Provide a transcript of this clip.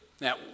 Now